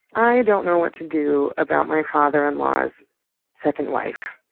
i don't know what to do about my father in law's second wife.